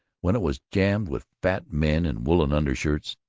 when it was jammed with fat men in woolen undershirts,